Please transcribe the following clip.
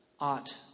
ought